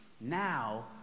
now